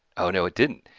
oh no it didn't!